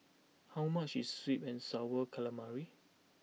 how much is Sweet and Sour Calamari